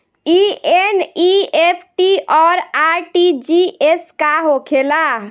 ई एन.ई.एफ.टी और आर.टी.जी.एस का होखे ला?